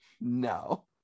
no